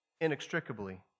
inextricably